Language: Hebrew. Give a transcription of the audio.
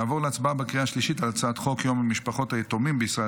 נעבור להצבעה בקריאה השלישית על הצעת חוק יום משפחות היתומים בישראל,